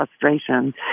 frustration